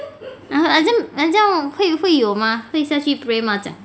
!huh! then 这样这样会会有吗会下去 pray 吗这样